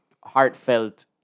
heartfelt